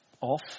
off